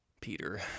Peter